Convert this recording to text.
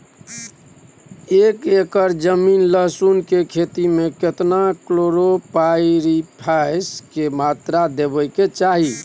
एक एकर जमीन लहसुन के खेती मे केतना कलोरोपाईरिफास के मात्रा देबै के चाही?